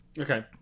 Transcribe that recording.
Okay